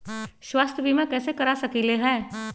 स्वाथ्य बीमा कैसे करा सकीले है?